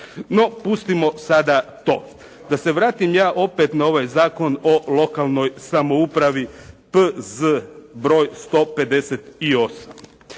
No, pustimo sada to. Da se vratim ja opet na ovaj Zakon o lokalnoj samoupravi P.Z. br. 158.